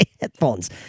headphones